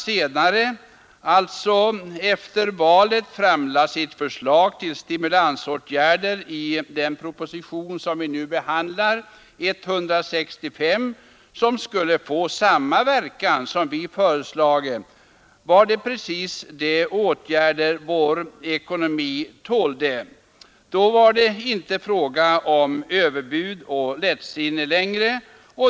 Men då regeringen efter valet framlade sin proposition nr 165, som vi i dag behandlar, med förslag till stimulansåtgärder som skulle få samma verkan som vårt förslag, då var det precis de åtgärder vår ekonomi tålde. Då var det inte fråga om överbud och lättsinne längre.